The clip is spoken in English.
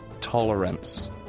tolerance